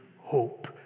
hope